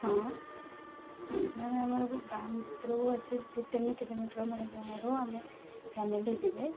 ହଁ ମଣିଜଙ୍ଗା ଆମର ଗାଁ ଭିତରୁ ଅଛି ଦୁଇ ତିନି କିଲୋମିଟର ମଣିଜଙ୍ଗାରୁ ଆମେ ଫ୍ୟାମିଲି ଯିବେ